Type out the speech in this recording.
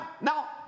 Now